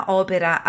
opera